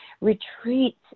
retreats